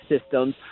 Systems